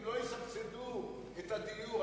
לא יסבסדו את הדיור.